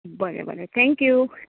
बरें बरें थँकयू